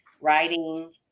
writing